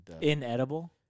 Inedible